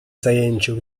zajęciu